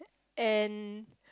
and